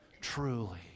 Truly